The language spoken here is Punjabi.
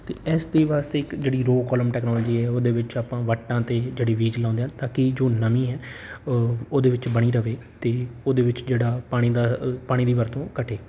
ਅਤੇ ਇਸ ਦੇ ਵਾਸਤੇ ਇੱਕ ਜਿਹੜੀ ਰੋਅ ਕੋਲਮ ਟੈਕਨੋਲਜੀ ਹੈ ਉਹਦੇ ਵਿੱਚ ਆਪਾਂ ਵੱਟਾਂ 'ਤੇ ਜਿਹੜੀ ਬੀਜ਼ ਲਗਾਉਂਦੇ ਹਾਂ ਤਾਂ ਕਿ ਜੋ ਨਮੀ ਹੈ ਉਹਦੇ ਵਿੱਚ ਬਣੀ ਰਹੇ ਅਤੇ ਉਹਦੇ ਵਿੱਚ ਜਿਹੜਾ ਪਾਣੀ ਦਾ ਪਾਣੀ ਦੀ ਵਰਤੋਂ ਘਟੇ